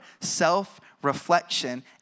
self-reflection